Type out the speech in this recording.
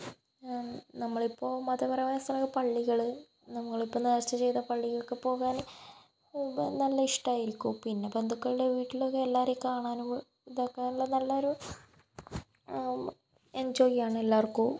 നമ്മൾ ഇപ്പോൾ മതപരമായ സല പള്ളികൾ നമ്മളിപ്പോൾ നേർച്ച ചെയ്ത പള്ളികളിലൊക്കെ പോകാൻ നല്ല ഇഷ്ടമായിരിക്കും പിന്നെ ബന്ധുക്കളുടെ വീട്ടിലൊക്കെ എല്ലാരെയും കാണാനും ഇതൊക്കെ നല്ലൊരു എഞ്ചോയ് ആണ് എല്ലാവർക്കും